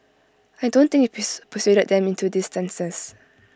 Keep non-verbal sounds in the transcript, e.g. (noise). I don't think he (noise) persuaded them into these stances